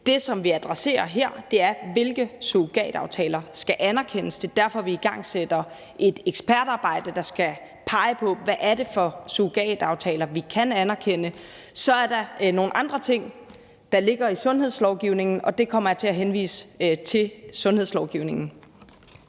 Det, som vi adresserer her, er: Hvilke surrogataftaler skal anerkendes? Det er derfor, vi igangsætter et ekspertarbejde, der skal pege på, hvad det er for surrogataftaler, vi kan anerkende. Så er der nogle andre ting, der ligger i sundhedslovgivningen, og der kommer jeg til at henvise til sundhedslovgivningen.